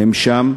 הם שם,